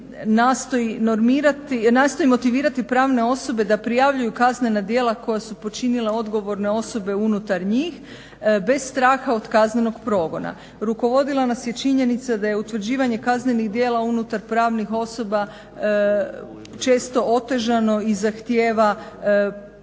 nastoji motivirati pravne osobe da prijavljuju kaznena djela koja su počinile odgovorne osobe unutar njih bez straha od kaznenog progona. Rukovodila nas je činjenica da je utvrđivanje kaznenih djela unutar pravnih osoba često otežano i zahtjeva drugačiji